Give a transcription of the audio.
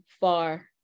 far